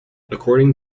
according